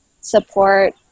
support